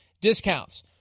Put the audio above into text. discounts